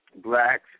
blacks